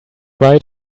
right